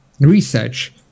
research